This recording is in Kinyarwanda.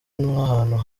nk’ahantu